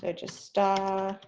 so just star